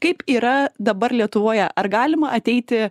kaip yra dabar lietuvoje ar galima ateiti